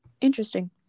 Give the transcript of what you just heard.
interesting